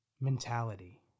mentality